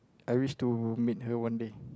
I wish to meet her one day